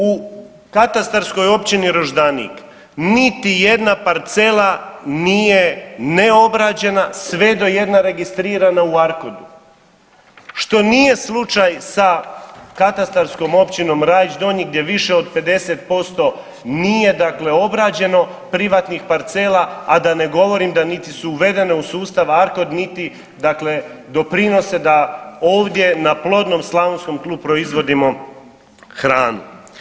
U katastarskoj općini Roždanik niti jedna parcela nije neobrađena, sve do jedna registrirana u ARKOD-u što nije slučaj sa katastarskom općinom Rajić Donji gdje više od 50% nije obrađeno privatnih parcela, a da ne govorim da niti su uvedene u sustav ARKOD niti dakle doprinose da ovdje na plodnom slavonskom tlu proizvodimo hranu.